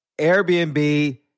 Airbnb